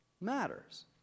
matters